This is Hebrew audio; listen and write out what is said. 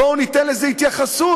בואו ניתן לזה התייחסות,